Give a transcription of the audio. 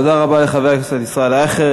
תודה רבה לחבר הכנסת ישראל אייכלר.